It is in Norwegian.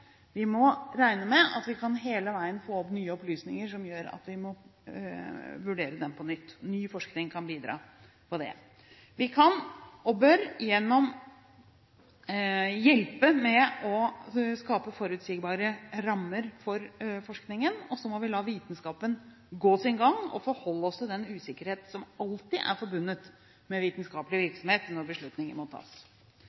Vi må regne med at vi hele tiden kan få opp nye opplysninger som gjør at vi må vurdere dem på nytt. Ny forskning kan bidra til det. Vi kan, og bør, hjelpe gjennom å skape forutsigbare rammer for forskningen, og så må vi la vitenskapen gå sin gang og forholde oss til den usikkerhet som alltid er forbundet med vitenskapelig